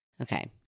Okay